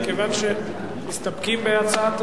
מכיוון שמסתפקים בהצעת